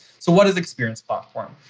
so what is experienced platform?